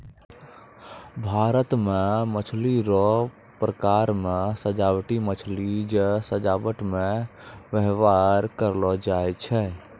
भारत मे मछली रो प्रकार मे सजाबटी मछली जे सजाबट मे व्यवहार करलो जाय छै